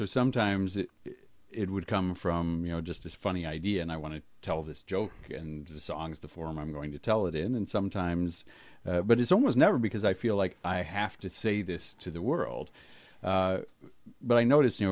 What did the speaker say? sometimes it would come from you know just as funny idea and i want to tell this joke and the songs the form i'm going to tell it in and sometimes but it's almost never because i feel like i have to say this to the world but i noticed